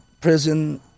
prison